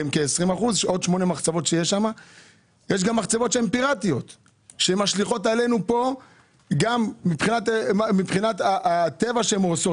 יש עוד מחצבות פיראטיות שמשליכות עלינו מבחינת הטבע שהן הורסות